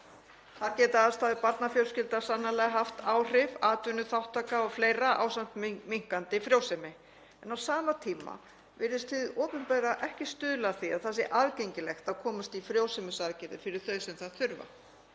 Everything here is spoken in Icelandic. Þar geta aðstæður barnafjölskyldna sannarlega haft áhrif; atvinnuþátttaka og fleira ásamt minnkandi frjósemi. En á sama tíma virðist hið opinbera ekki stuðla að því að það sé aðgengilegt að komast í frjósemisaðgerðir fyrir þau sem þess þurfa.